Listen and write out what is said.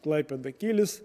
klaipėda kylis